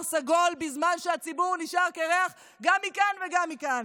סגול בזמן שהציבור נשאר קירח גם מכאן וגם מכאן.